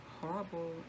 horrible